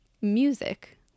music